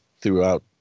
throughout